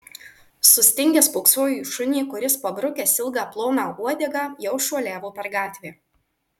sustingęs spoksojo į šunį kuris pabrukęs ilgą ploną uodegą jau šuoliavo per gatvę